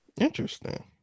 Interesting